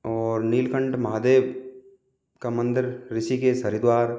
और नीलकंठ महादेव का मंदिर ऋषिकेश हरिद्वार